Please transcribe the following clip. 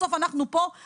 בסוף אנחנו פה,